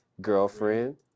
girlfriend